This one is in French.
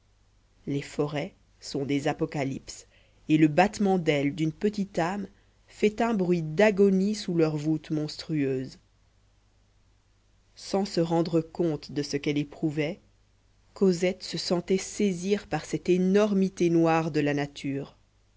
les forêts sont des apocalypses et le battement d'ailes d'une petite âme fait un bruit d'agonie sous leur voûte monstrueuse sans se rendre compte de ce qu'elle éprouvait cosette se sentait saisir par cette énormité noire de la nature